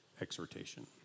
exhortation